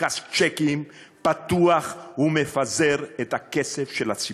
פנקס צ'קים פתוח ומפזר את הכסף של הציבור.